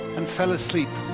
and fell asleep,